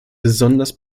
besonders